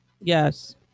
yes